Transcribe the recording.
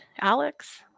Alex